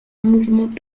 mouvements